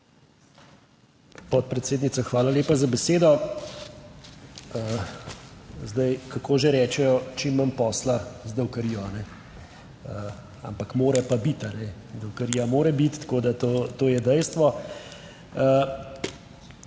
Podpredsednica, hvala lepa za besedo. Zdaj, kako že rečejo? Čim manj posla z davkarijo, kajne, ampak mora pa biti, davkarija mora biti, tako da to je dejstvo.